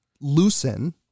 loosen